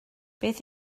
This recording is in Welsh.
beth